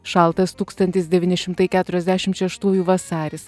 šaltas tūkstantis devyni šimtai keturiasdešimt šeštųjų vasaris